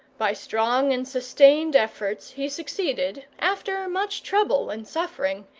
by strong and sustained efforts, he succeeded, after much trouble and suffering,